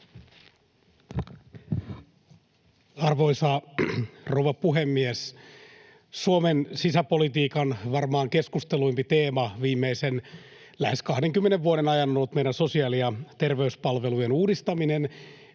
Arvoisa rouva puhemies! Suomen sisäpolitiikan varmaan keskustelluin teema viimeisen lähes 20 vuoden ajan on ollut meidän sosiaali- ja terveyspalvelujen uudistaminen: